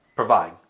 Provide